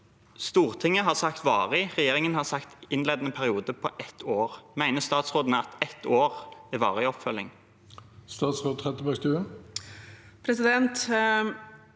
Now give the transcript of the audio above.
Stortinget har sagt varig, regjeringen har sagt en innledende periode på ett år. Mener statsråden at ett år er en varig oppfølging? Statsråd Anette Trettebergstuen